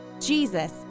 Jesus